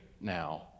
now